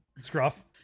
Scruff